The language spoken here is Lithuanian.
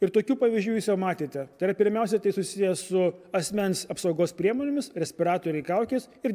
ir tokių pavyzdžių jūs jau matėte tai yra pirmiausia tai susiję su asmens apsaugos priemonėmis respiratoriai kaukės ir